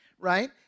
right